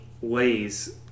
ways